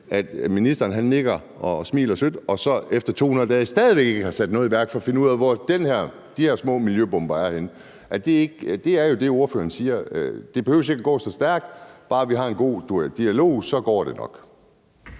at ministeren nikker og smiler sødt, og at man så efter 200 dage stadig væk ikke har sat noget i værk for at finde ud af, hvor de her små miljøbomber er henne? For er det, ordføreren siger, ikke, at det ikke behøver at gå så stærkt, og at det, bare vi har en god dialog, så nok